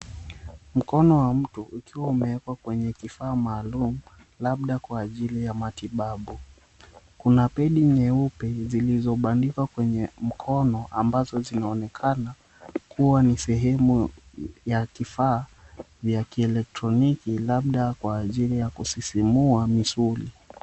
Mkono wa mtu ukiwa umewekwa kwenye kifaa maalum, labda kwa ajili ya matibabu, kuna pedi nyeupe zilizobandikwa kwenye mkono ambazo zinaonekana kuwa ni sehemu ya kifaa vya kieletroniki, labda kwa ajili ya kusisimua misuli.